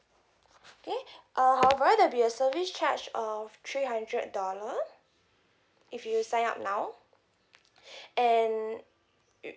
okay uh however there'll be a service charge of three hundred dollar if you sign up now and